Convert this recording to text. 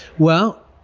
well,